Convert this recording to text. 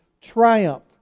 triumph